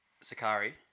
Sakari